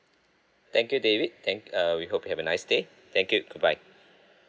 thank you david thank uh we hope you have a nice day thank you goodbye